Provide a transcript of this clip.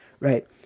right